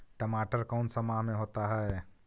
टमाटर कौन सा माह में होता है?